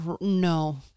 no